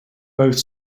both